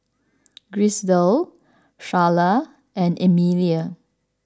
Griselda Charla and Amelie